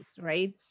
right